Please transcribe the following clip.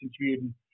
interviewed